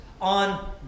on